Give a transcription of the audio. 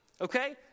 okay